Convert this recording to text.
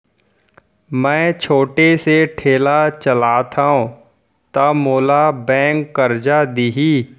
मैं छोटे से ठेला चलाथव त का मोला बैंक करजा दिही?